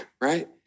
right